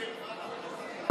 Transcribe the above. (הישיבה נפסקה